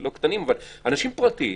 אולי לא קטנים אבל אנשים פרטיים